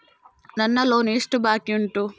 ನನ್ನ ಲೋನ್ ಎಷ್ಟು ಬಾಕಿ ಉಂಟು?